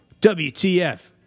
WTF